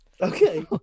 Okay